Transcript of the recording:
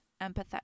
empathetic